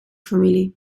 familie